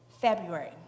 February